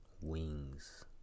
Wings